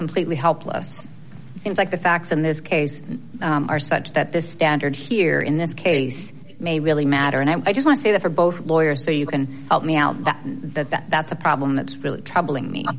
completely helpless it seems like the facts in this case are such that the standard here in this case may really matter and i just want to say that for both lawyers so you can help me out and that's a problem that's really troubling me